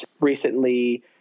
recently